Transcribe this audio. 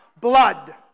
blood